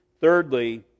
Thirdly